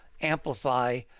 amplify